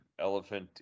elephant